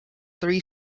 three